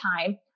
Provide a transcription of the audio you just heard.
time